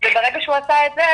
וברגע שהוא עשה את זה,